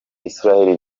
israel